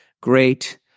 great